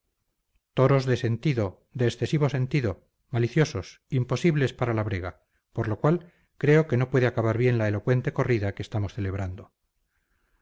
toros de sentido de excesivo sentido maliciosos imposibles para la brega por lo cual creo que no puede acabar bien la elocuente corrida que estamos celebrando